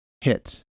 hit